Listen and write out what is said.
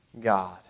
God